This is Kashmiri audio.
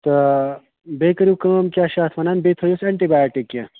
تہٕ بیٚیہِ کٔرِو کٲم کیٛاہ چھِ اَتھ وَنان بیٚیہِ تھٲیوُس اٮ۪نٹی بَیاٹِک کیٚنٛہہ